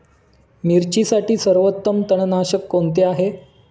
मिरचीसाठी सर्वोत्तम तणनाशक कोणते आहे?